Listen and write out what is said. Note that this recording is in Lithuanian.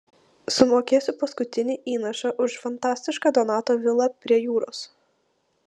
sumokėsiu paskutinį įnašą už fantastišką donato vilą prie jūros